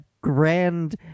grand